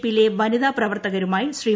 P യിലെ വനിരൂപ്പ്പവർത്തകരുമായി ശ്രീ